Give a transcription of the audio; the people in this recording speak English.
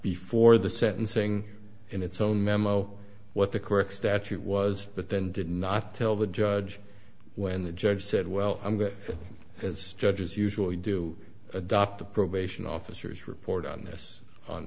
before the sentencing in its own memo what the correct statute was but then did not tell the judge when the judge said well i'm going as judges usually do adopt the probation officers report on this on